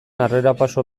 aurrerapauso